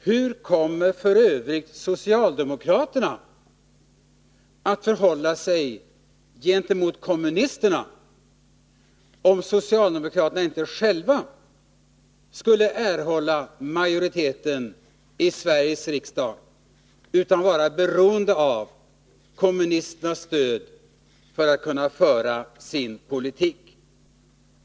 Hur kommer för övrigt socialdemokraterna att förhålla sig gentemot kommunisterna, om socialdemokraterna inte själva skulle erhålla majoritet i Sveriges riksdag utan vara beroende av kommunisternas stöd för att kunna föra sin politik?